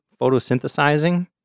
photosynthesizing